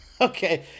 Okay